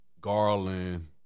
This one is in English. Garland